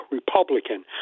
Republican